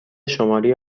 شمالی